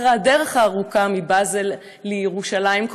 אחרי הדרך הארוכה מבאזל לירושלים,